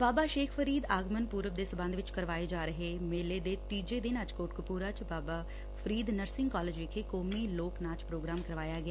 ਬਾਬਾ ਸੇਖ ਫਰੀਦ ਆਗਮਨ ਪੁਰਬ ਦੇ ਸਬੰਧ ਵਿਚ ਕਰਵਾਏ ਜਾ ਰਹੇ ਮੇਲੇ ਦੇ ਤੀਜੇ ਦਿਨ ਅੱਜ ਕੋਟਕਪੁਰਾ ਚ ਬਾਬਾ ਫਰੀਦ ਨਰਸਿੰਗ ਕਾਲਜ ਵਿਖੇ ਕੌਮੀ ਲੋਕ ਨਾਚ ਪ੍ਰੋਗਰਾਮ ਕਰਵਾਇਆ ਗਿਆ